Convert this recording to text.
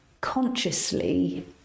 consciously